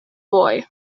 boy